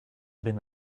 been